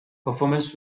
performance